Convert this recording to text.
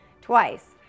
twice